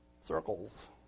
Circles